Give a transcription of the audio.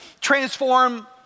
transform